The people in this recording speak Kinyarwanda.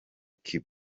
cuba